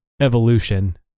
evolution